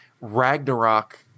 Ragnarok